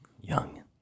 young